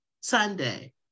Sunday